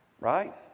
Right